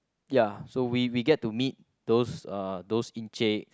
ya so we we get to meet those uh those encik